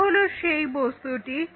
এটা হলো সেই বস্তুটি